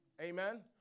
Amen